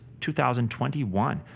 2021